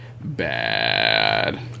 bad